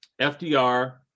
FDR